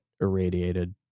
irradiated